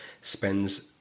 spends